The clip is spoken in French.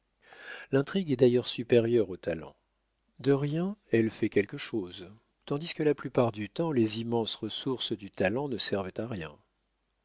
l'intrigue est d'ailleurs supérieure au talent de rien elle fait quelque chose tandis que la plupart du temps les immenses ressources du talent ne servent à rien